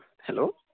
hello